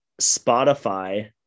Spotify